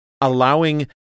allowing